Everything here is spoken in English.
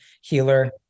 healer